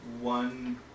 One